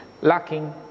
lacking